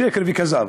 שקר וכזב.